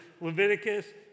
Leviticus